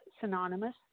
synonymous